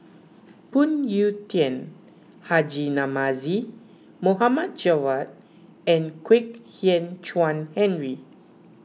Phoon Yew Tien Haji Namazie Mohd Javad and Kwek Hian Chuan Henry